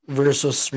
versus